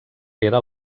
era